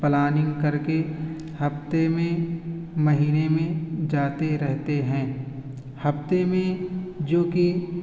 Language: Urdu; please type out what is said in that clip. پلاننگ کر کے ہفتے میں مہینے میں جاتے رہتے ہیں ہفتے میں جو کہ